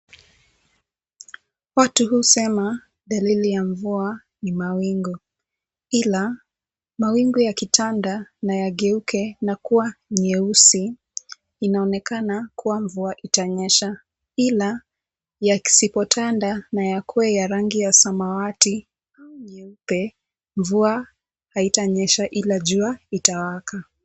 Watu husema dalili ya mvua ni mawingu , ila mawingu yakitanda na yageuke na kuwa nyeusi inaonekana kuwa mvua itanyesha, ila yasipotanda na yakuwe ya rangi ya samawati au nyeupe mvua haitanyesha ila jua itawaka .